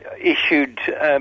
issued